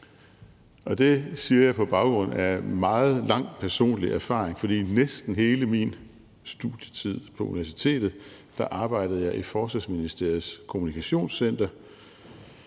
Det siger jeg på baggrund af meget lang personlig erfaring, for i næsten hele min studietid på universitetet arbejdede jeg i Forsvarsministeriets kommunikationscenter.